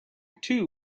too